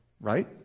Right